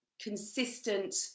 consistent